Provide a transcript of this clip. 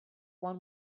one